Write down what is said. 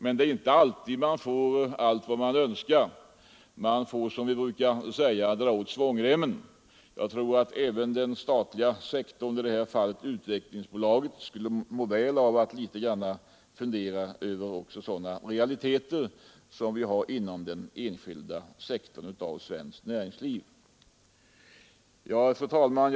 Men det är inte alltid man får allt vad man önskar. Man måste, som vi brukar säga, dra åt svångremmen. Jag tror att man även i den statliga sektorn — i det här fallet Utvecklingsbolaget — skulle må väl av att litet fundera också över sådana realiteter som vi har inom den enskilda sektorn av svenskt näringsliv. Fru talman!